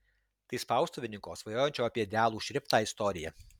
tai spaustuvininko svajojančio apie idealų šriftą istorija